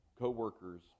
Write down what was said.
co-workers